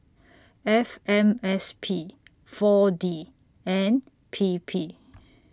F M S P four D and P P